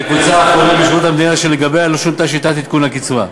היא הקבוצה האחרונה בשירות המדינה שלגביה לא שונתה שיטת עדכון הקצבה.